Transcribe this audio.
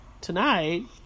Tonight